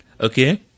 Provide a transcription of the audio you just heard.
Okay